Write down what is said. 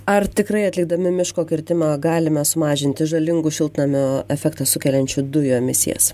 ar tikrai atlikdami miško kirtimą galime sumažinti žalingų šiltnamio efektą sukeliančių dujų emisijas